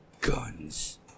guns